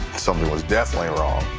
something was definitely wrong.